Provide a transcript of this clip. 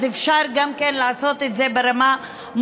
אז אפשר גם כן לעשות את זה ברמה מוניציפלית,